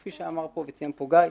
כפי שאמר וציין פה גיא,